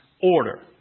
order